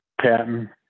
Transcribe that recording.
Patton